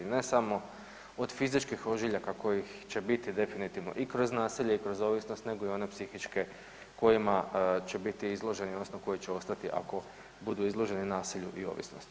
Ne samo od fizičkih ožiljaka kojih će biti definitivno i kroz nasilje i kroz ovisnost, nego i one psihičke kojima će biti izloženi, odnosno koji će ostati ako budu izloženi nasilju i ovisnosti.